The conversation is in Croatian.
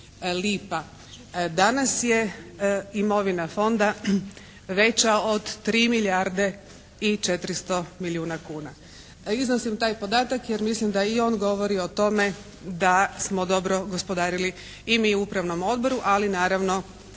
lipa. Danas je imovina fonda veća od tri milijarde i četiristo milijuna kuna. Iznosim taj podatak jer mislim da i on govori o tome da smo dobro gospodarili i mi u Upravnom odboru, ali naravno